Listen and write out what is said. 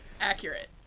accurate